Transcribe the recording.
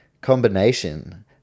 combination